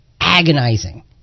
agonizing